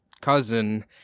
cousin